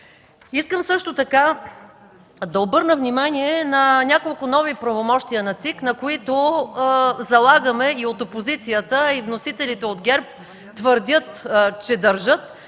Искам също така да обърна внимание на няколко нови правомощия на ЦИК, на които залагаме от опозицията, а и вносителите от ГЕРБ твърдят, че държат